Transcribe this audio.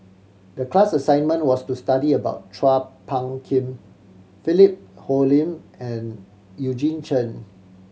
the class assignment was to study about Chua Phung Kim Philip Hoalim and Eugene Chen